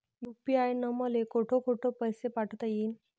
UPI न मले कोठ कोठ पैसे पाठवता येईन?